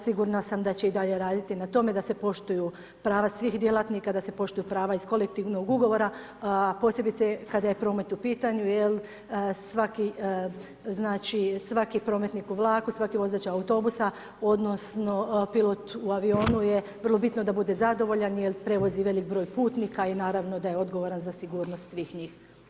Sigurna sam da će i dalje raditi na tome da se poštuju prava svih djelatnika, da se poštuju prava iz kolektivnog ugovora posebice kada je promet u pitanju jer svaki, znači svaki prometnik u vlaku, svaki vozač autobusa, odnosno pilot u avionu je vrlo bitno da bude zadovoljan jer prevozi velik broj putnika i naravno da je odgovoran za sigurnost svih njih.